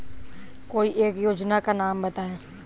कोई एक योजना का नाम बताएँ?